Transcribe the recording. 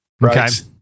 right